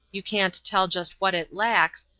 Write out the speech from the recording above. you can't tell just what it lacks,